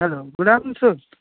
hello good afternoon sir